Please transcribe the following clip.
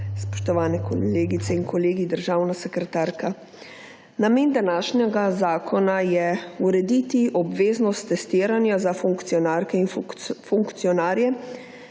Spoštovane kolegice in kolegi, državna sekretarka. Namen današnjega zakona je urediti obveznost testiranja za funkcionarke in funkcionarje